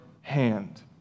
hand